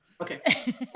okay